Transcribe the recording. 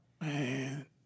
Man